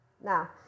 Now